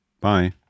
Bye